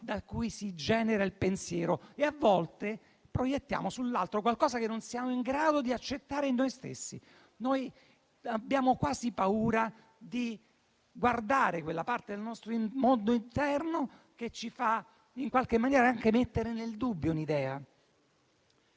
da cui si genera il pensiero. A volte proiettiamo sull'altro qualcosa che non siamo in grado di accettare in noi stessi. Abbiamo quasi paura di guardare quella parte del nostro mondo interno che ci fa in qualche maniera mettere nel dubbio un'idea.